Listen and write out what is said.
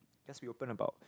just be open about